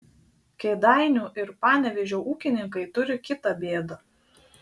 kėdainių ir panevėžio ūkininkai turi kitą bėdą